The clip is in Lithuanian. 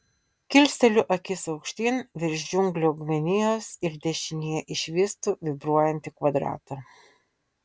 kilsteliu akis aukštyn virš džiunglių augmenijos ir dešinėje išvystu vibruojantį kvadratą